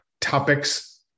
topics